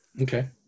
Okay